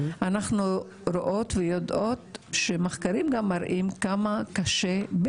מחקרים מראים כמה קשה להיכנס להריון,